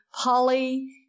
Polly